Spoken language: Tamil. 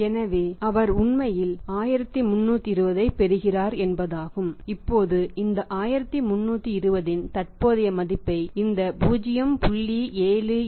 எனவே அவர் உண்மையில் 1320 ஐப் பெறுகிறார் என்பதாகும் இப்போது இந்த 1320 இன் தற்போதைய மதிப்பை இந்த 0